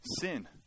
sin